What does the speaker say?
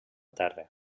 terra